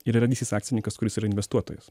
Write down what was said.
ir yra didysis akcininkas kuris yra investuotojas